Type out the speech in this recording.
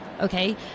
Okay